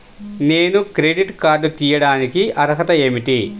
నేను credit card తీయడానికి అర్హత ఏమిటి?